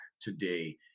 today